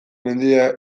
mendia